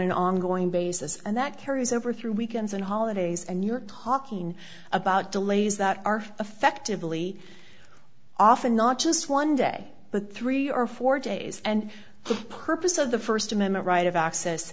an ongoing basis and that carries over through weekends and holidays and you're talking about delays that are effectively often not just one day but three or four days and the purpose of the first amendment right of access